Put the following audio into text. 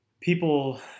people